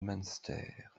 münster